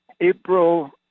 April